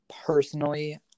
personally